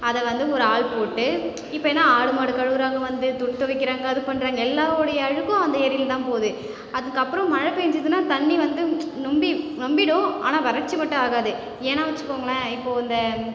அதை வந்து ஒரு ஆள் போட்டு இப்போ என்ன ஆடு மாடு கழுவறாங்க வந்து துணி துவைக்கிறாங்க அது பண்ணுறாங்க எல்லாருடைய அழுக்கும் அந்த ஏரியில் தான் போகுது அதுக்கப்புறம் மழை பெஞ்சதுன்னா தண்ணி வந்து நொம்பி நொம்பிடும் ஆனால் வறட்சி மட்டும் ஆகாது ஏன் வச்சுக்கோங்களேன் இப்போ இந்த